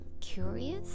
curious